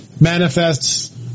manifests